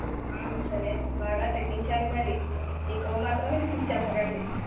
సరే బాగా తగ్గించాలి మరి ఎక్కువ మాత్రం చెప్పకండి